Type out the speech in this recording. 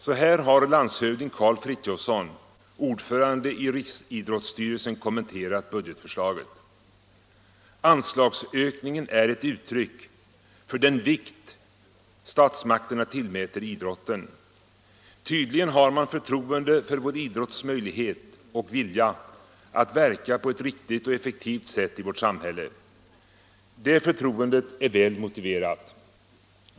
Så här har landshövding Karl Frithiofson, ordförande i Riksidrottsstyrelsen, kommenterat budgetförslaget: ”Anslagsökningen är ett uttryck för den vikt statsmakterna tillmäter idrotten. Tydligen har man förtroende för vår idrotts möjlighet och vilja att verka på ett riktigt och effektivt sätt i vårt samhälle. Det förtroendet är väl motiverat.